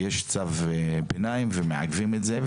ויש צו ביניים ומעכבים את זה.